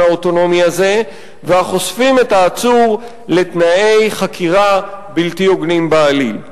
האוטונומי הזה והחושפים את העצור לתנאי חקירה בלתי הוגנים בעליל.